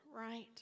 right